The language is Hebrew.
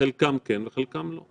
חלקם כן וחלקם לא.